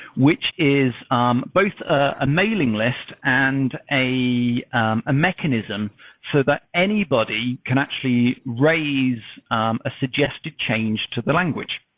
which is um both a mailing list and a um a mechanism so that anybody can actually raise um a suggested change to the language.